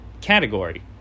category